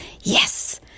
Yes